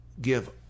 give